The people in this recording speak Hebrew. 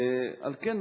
על כן,